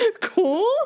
cool